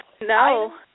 No